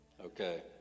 Okay